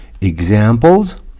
Examples